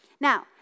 Now